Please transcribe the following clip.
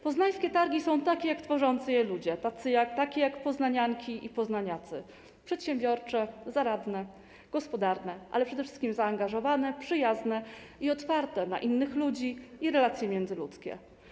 Poznańskie targi są takie, jak tworzący je ludzie, takie jak poznanianki i poznaniacy: przedsiębiorcze, zaradne, gospodarne, ale przede wszystkim zaangażowane, przyjazne i otwarte na innych ludzi i relacje międzyludzkie.